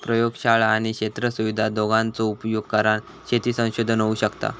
प्रयोगशाळा आणि क्षेत्र सुविधा दोघांचो उपयोग करान शेती संशोधन होऊ शकता